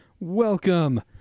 Welcome